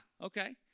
okay